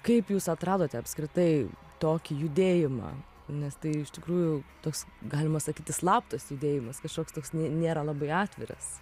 kaip jūs atradote apskritai tokį judėjimą nes tai iš tikrųjų toks galima sakyti slaptas judėjimas kažkoks toks nėra labai atviras